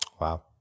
Wow